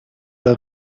der